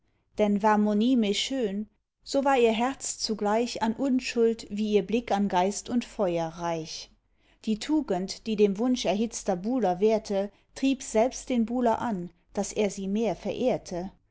denn war monime schön so war ihr herz zugleich an unschuld wie ihr blick an geist und feuer reich die tugend die dem wunsch erhitzter buhler wehrte trieb selbst den buhler an daß er sie mehr verehrte